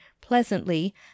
pleasantly